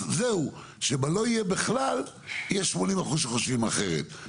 אז זהו, שבלא יהיה בכלל יש 80% שחושבים אחרת.